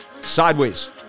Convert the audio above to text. Sideways